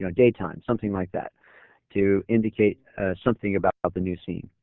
daytime something like that to indicate something about the new scene.